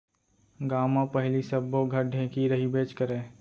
गॉंव म पहिली सब्बो घर ढेंकी रहिबेच करय